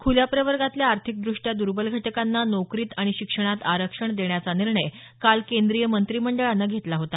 खुल्या प्रवर्गातल्या आर्थिकदृष्ट्या दूर्बल घटकांना नोकरीत आणि शिक्षणात आरक्षण देण्याचा निर्णय काल केंद्रीय मंत्रिमंडळानं घेतला होता